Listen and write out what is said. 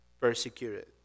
persecuted